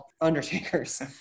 undertakers